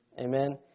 Amen